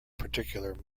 particular